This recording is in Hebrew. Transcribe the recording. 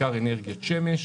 בעיקר אנרגיית שמש.